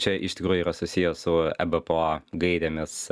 čia iš tikrųjų yra susiję su ebpo gairėmis